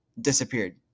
disappeared